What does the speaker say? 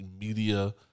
media